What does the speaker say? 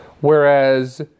Whereas